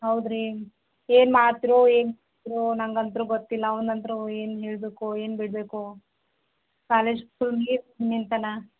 ಹೌದು ರೀ ಏನು ಮಾಡ್ತಿರೋ ಏನು ಬಿಡ್ತೀರೋ ನಂಗಂತು ಗೊತ್ತಿಲ್ಲ ಅವನಂತು ಏನು ಹೇಳಬೇಕೋ ಏನು ಬಿಡಬೇಕೋ ಕಾಲೇಜ್ ಫುಲ್ ನಿಂತಾನೆ